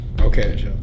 Okay